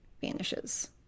vanishes